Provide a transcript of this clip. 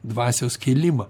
dvasios kėlimą